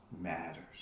matters